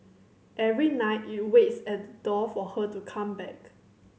every night it waits at the door for her to come back